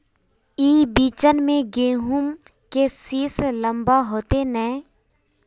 ई बिचन में गहुम के सीस लम्बा होते नय?